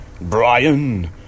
Brian